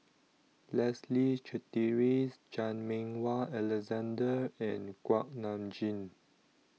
Leslie Charteris Chan Meng Wah Alexander and Kuak Nam Jin